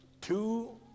two